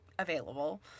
Available